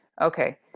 Okay